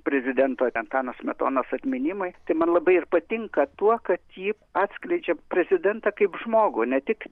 prezidento antano smetonos atminimui man labai ir patinka tuo kad ji atskleidžia prezidentą kaip žmogų ne tik